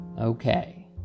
okay